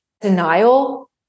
denial